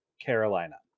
Carolina